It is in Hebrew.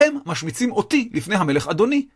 הם משמיצים אותי לפני המלך אדוני.